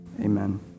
Amen